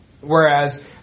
Whereas